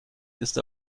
ist